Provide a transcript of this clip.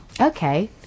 Okay